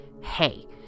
Hey